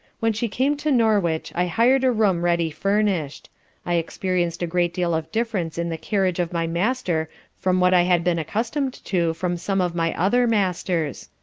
when she came to norwich i hired a room ready furnished i experienced a great deal of difference in the carriage of my master from what i had been accustomed to from some of my other masters.